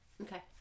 Okay